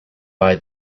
buy